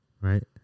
Right